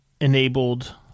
enabled